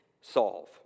solve